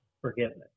forgiveness